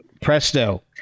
Presto